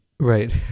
Right